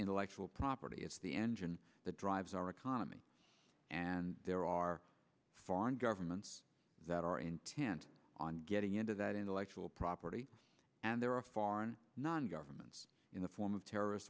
intellectual property it's the engine that drives our economy and there are foreign governments that are intent on getting into that intellectual property and there are foreign non government in the form of terrorist